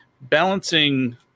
balancing